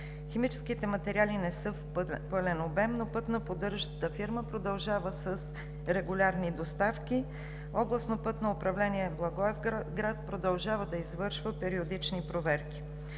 Химическите материали не са в пълен обем, но пътно-поддържащата фирма продължава с регулярни доставки. Областно пътно управление – Благоевград, продължава да извършва периодични проверки.